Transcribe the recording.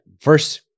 First